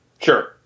Sure